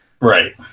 Right